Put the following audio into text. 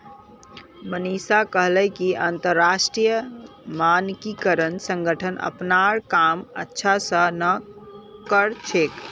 मनीषा कहले कि अंतरराष्ट्रीय मानकीकरण संगठन अपनार काम अच्छा स कर छेक